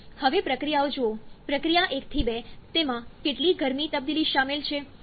હવે પ્રક્રિયાઓ જુઓ પ્રક્રિયા 1 થી 2 તેમાં કેટલી ગરમી તબદીલી સામેલ છે